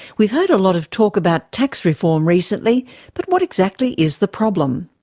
we've heard a lot of talk about tax reform recently but what exactly is the problem?